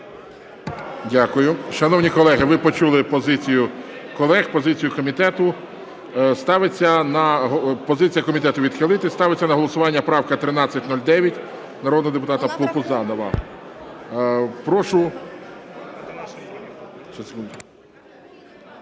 Дякую. Шановні колеги, ви почули позицію колег, позицію комітету. Ставиться на… Позиція комітету – відхилити. Ставиться на голосування правка 1309 народного депутата Пузанова. Прошу…